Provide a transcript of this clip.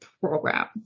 program